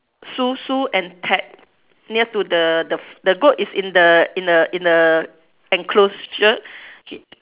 Sue Sue and Ted near to the the goat is in the in a in a enclosure